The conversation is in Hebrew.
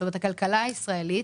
הכלכלה הישראלית